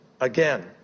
again